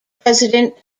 president